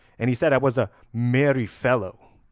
and he said i was a merry fellow.